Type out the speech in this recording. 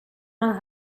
man